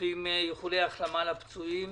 ושולחים איחולי החלמה לפצועים.